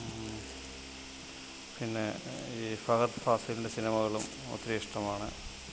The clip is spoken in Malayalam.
പിന്നെ ഈ ഫഹദ് ഫാസിലിന്റെ സിനിമകളും ഒത്തിരി ഇഷ്ടമാണ്